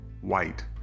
White